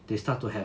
they start to have